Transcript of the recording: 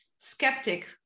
skeptic